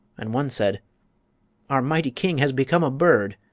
and one said our mighty king has become a bird!